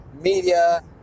media